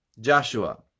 Joshua